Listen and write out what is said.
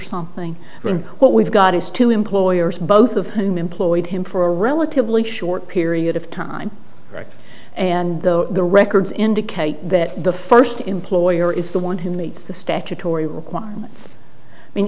something but what we've got is two employers both of whom employed him for a relatively short period of time right and the records indicate that the first employer is the one who meets the statutory requirements i mean